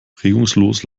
regungslos